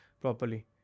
properly